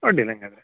ಅಡ್ಡಿಲ್ಲ ಹಂಗಾದ್ರೆ